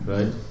Right